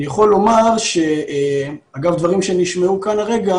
אני יכול לומר שאגב דברים שנשמעו כאן הרגע